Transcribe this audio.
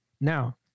Now